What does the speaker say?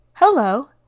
Hello